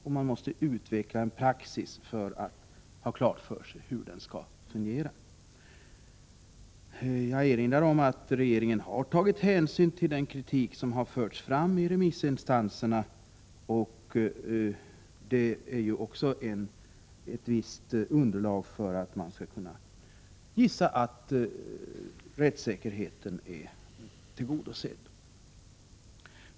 Det måste utvecklas en praxis för att man skall ha klart för sig hur den skall fungera. Jag erinrar om att regeringen har tagit hänsyn till den kritik som har förts fram av remissinstanserna, och det ger ju ett visst underlag för att man skall kunna gissa att rättssäkerheten är tillgodosedd.